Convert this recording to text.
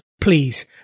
Please